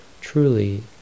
truly